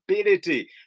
ability